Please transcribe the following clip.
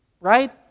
Right